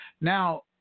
Now